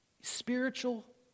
Spiritual